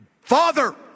Father